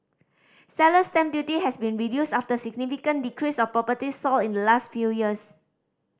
seller's stamp duty has been reduced after significant decrease of properties sold in the last few years